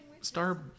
Star